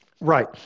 right